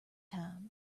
time